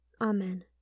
Amen